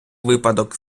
випадок